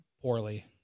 poorly